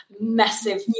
Massive